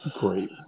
great